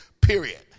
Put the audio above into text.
period